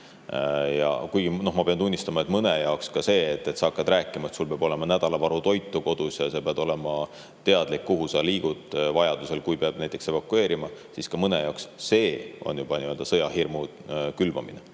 peame. Ma pean tunnistama, et mõne jaoks ka see, kui sa hakkad talle rääkima, et sul peab olema nädala varu toitu kodus ja sa pead olema teadlik, kuhu sa liigud vajadusel, kui peab näiteks evakueeruma, on juba sõjahirmu külvamine.